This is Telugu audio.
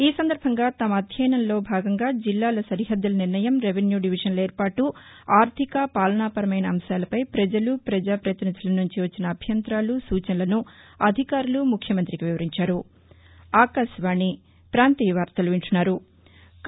ఈ సందర్బంగా తమ అధ్యయనంలో భాగంగా జిల్లాల సరిహద్దుల నిర్ణయం రెవెన్యూ డివిజన్ల ఏర్పాటు ఆర్టిక పాలనా పరమైన అంశాలపై పజలు ప్రజాపతినిధుల నుంచి వచ్చిన అభ్యంతరాలు సూచనలను అధికారులు ముఖ్యమంతికి వివరించారు